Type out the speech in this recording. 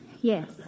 Yes